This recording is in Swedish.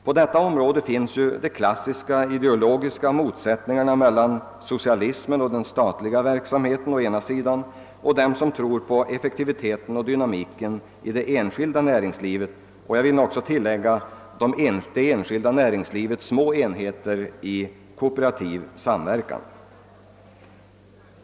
På detta område finns ju de klassiska ideologiska motsättningarna mellan å ena sidan socialismen och den statliga verksamheten och å den andra tron på effektiviteten och dynamiken i det enskilda näringslivet — jag vill också tilllägga det enskilda näringslivets små enheter i kooperativ samverkan.